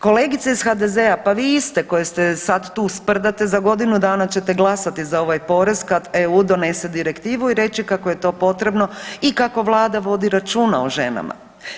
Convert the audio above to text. Kolegice iz HDZ-a pa vi iste koje ste sad tu sprdate, za godinu dana ćete glasati za ovaj porez kad EU donese direktivu i reći kako je to potrebno i kako vlada vodi računa o ženama.